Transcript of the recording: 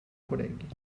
collègues